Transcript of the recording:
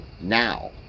Now